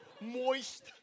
moist